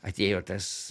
atėjo tos